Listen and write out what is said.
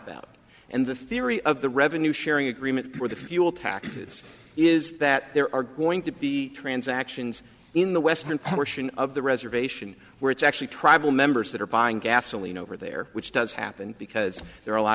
about and the theory of the revenue sharing agreement or the fuel taxes is that there are going to be transactions in the western portion of the reservation where it's actually tribal members that are buying gasoline over there which does happen because there are a lot